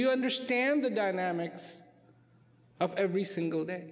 you understand the dynamics of every single day